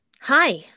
hi